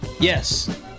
Yes